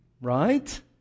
Right